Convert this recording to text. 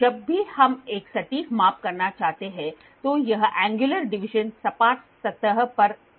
जब भी हम एक सटीक माप करना चाहते हैं तो यह एंगयुलर डीविएशन सपाट सतह पर कब आता है